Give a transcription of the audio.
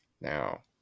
Now